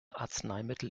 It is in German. arzneimittel